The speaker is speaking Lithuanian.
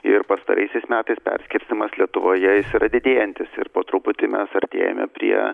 ir pastaraisiais metais perskirstymas lietuvoje jis yra didėjantis ir po truputį mes artėjame prie